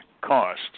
cost